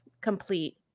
complete